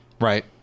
Right